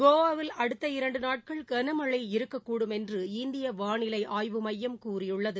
கோவாவில் அடுத்த இரண்டு நாட்கள் கனமனழ இருக்கக்கூடும் என்று இந்திய வானிலை ஆய்வு மையம் கூறியுள்ளது